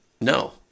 No